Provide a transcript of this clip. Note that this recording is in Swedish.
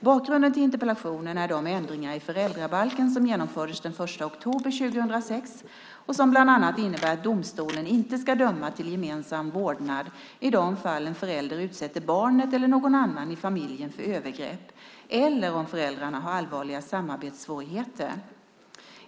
Bakgrunden till interpellationen är de ändringar i föräldrabalken som genomfördes den 1 oktober 2006 och som bland annat innebär att domstolen inte ska döma till gemensam vårdnad i de fall en förälder utsätter barnet eller någon annan i familjen för övergrepp eller om föräldrarna har allvarliga samarbetssvårigheter.